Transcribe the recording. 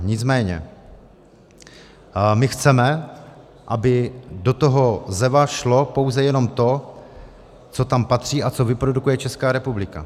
Nicméně my chceme, aby do toho ZEVO šlo pouze jenom to, co tam patří a co vyprodukuje Česká republika.